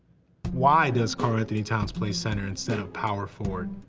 why does karl-anthony towns play center instead of power forward?